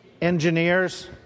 Engineers